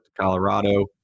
Colorado